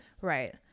Right